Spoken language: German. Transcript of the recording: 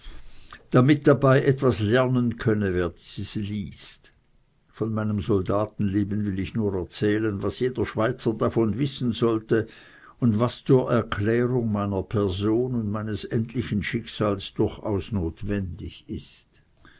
damit dabei etwas lernen könne wer dieses liest von meinem soldatenleben will ich nur erzählen was jeder schweizer davon wissen sollte und was zur erklärung meiner person und meines endlichen schicksals durchaus notwendig ist